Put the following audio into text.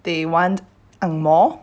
they want angmoh